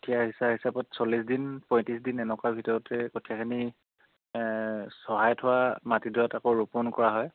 কঠীয়া সিঁচা হিচাপত চল্লিছ দিন পঁয়ত্ৰিছ দিন এনেকুৱা ভিতৰতে কঠীয়াখিনি চহাই থোৱা মাটিডৰাত আকৌ ৰোপণ কৰা হয়